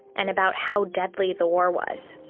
and about how deadly the war was.